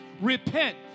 Repent